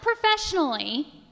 professionally